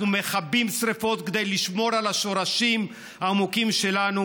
אנחנו מכבים שרפות כדי לשמור על השורשים העמוקים שלנו,